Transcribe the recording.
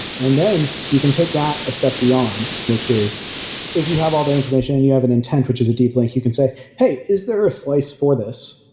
and then you can take that a step beyond, which is if you have all the information and you have an intent, which is a deep link you can say, hey, is there a slice for this?